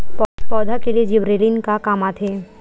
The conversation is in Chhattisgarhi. पौधा के लिए जिबरेलीन का काम आथे?